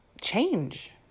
change